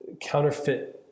counterfeit